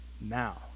now